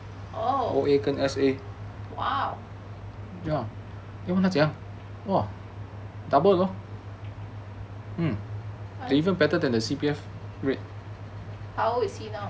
oh !wow! how old is he now